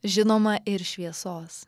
žinoma ir šviesos